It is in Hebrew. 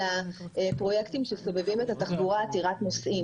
יש עדיין סוגיות שמטרידות בהקשר של שדות התעופה וצורכי התעופה,